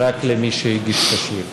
רק למי שהגיש את השאילתה.